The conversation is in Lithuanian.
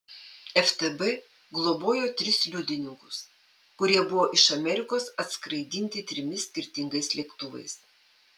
ftb globojo tris liudininkus kurie buvo iš amerikos atskraidinti trimis skirtingais lėktuvais